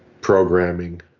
programming